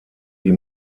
die